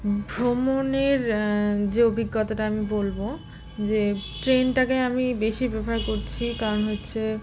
ভ্রমণের যে অভিজ্ঞতাটা আমি বলবো যে ট্রেনটাকে আমি বেশি প্রেফার করছি কারণ হচ্ছে